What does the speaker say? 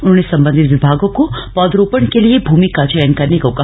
उन्होंने संबंधित विभागों को पौधरोपण के लिए भूमि का चयन करने को कहा